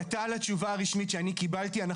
נט"ל התשובה הרשמית שאני קיבלתי,